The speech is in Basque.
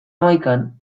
hamaikan